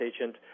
agent